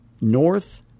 north